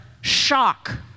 shock